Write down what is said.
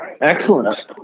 Excellent